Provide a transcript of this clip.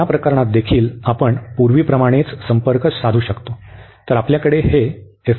तर या प्रकरणात देखील आपण पूर्वीप्रमाणेच संपर्क साधू शकता